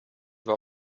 war